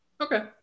Okay